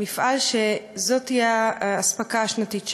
מפעל שזו תהיה האספקה השנתית שלו.